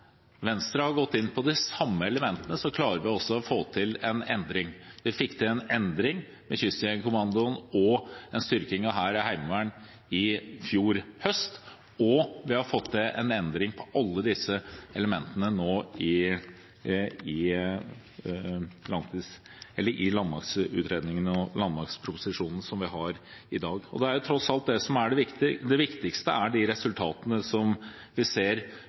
Venstre har gått inn på de samme elementene, så klarer vi å få til en endring. Vi fikk til en endring i Kystjegerkommandoen og en styrking av Hæren og Heimevernet i fjor høst, og vi har fått til en endring av alle disse elementene i landmaktutredningen og landmaktproposisjonen, som vi har til behandling i dag. Det er tross alt det som er det viktige. Det viktigste er de resultatene vi ser